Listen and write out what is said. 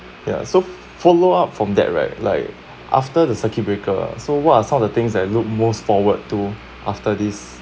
ya so follow up from that right like after the circuit breaker ah so what are some of the things that look most forward to after this